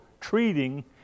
treating